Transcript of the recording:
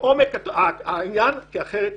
לעומק העניין כי אחרת ניכשל.